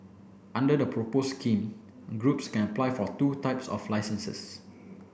under the proposed scheme groups can apply for two types of licences